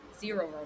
zero